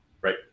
Right